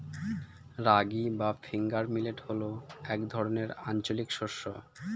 রাগী বা finger millet হল এক ধরনের আঞ্চলিক শস্য